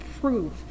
prove